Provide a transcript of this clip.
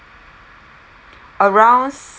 around s~